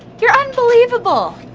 you're unbelievable!